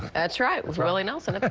that's right roland that's and and